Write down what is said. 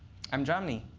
i'm jomny,